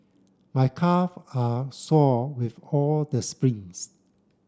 my calve are sore with all the sprints